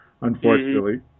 unfortunately